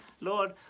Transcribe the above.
Lord